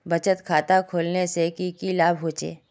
बचत खाता खोलने से की की लाभ होचे?